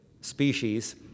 species